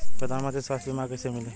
प्रधानमंत्री स्वास्थ्य बीमा कइसे मिली?